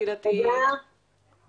הרבה מאוד בעיות.